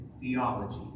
theology